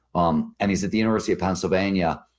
um and he's at the university of pennsylvania,